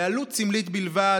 בעלות סמלית בלבד,